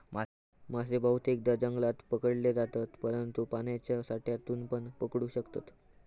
मासे बहुतेकदां जंगलात पकडले जातत, परंतु पाण्याच्या साठ्यातूनपण पकडू शकतत